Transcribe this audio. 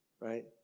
right